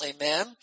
Amen